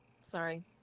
Sorry